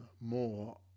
more